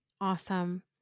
Awesome